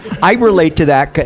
i relate to that.